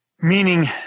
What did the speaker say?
meaning